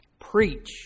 Preach